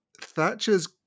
Thatcher's